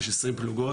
יש 20 פלוגות,